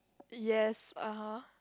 yes (aha)